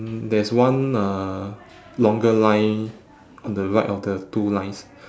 mm there's one uh longer line on the right of the two lines